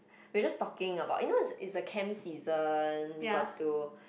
we just talking about you know it's it's the camp season we got to